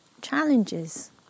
challenges